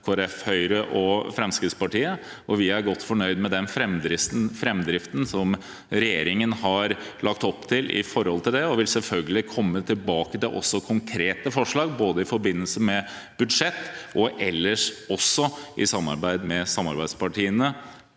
Høyre og Fremskrittspartiet. Vi er godt fornøyd med den framdriften som regjeringen har lagt opp til når det gjelder dette og vil selvfølgelig komme tilbake til konkrete forslag i forbindelse med budsjett og også ellers i samarbeid med samarbeidspartiene